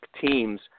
team's